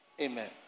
Amen